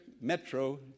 Metro